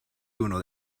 juno